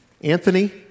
Anthony